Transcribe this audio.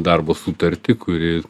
darbo sutartį kuri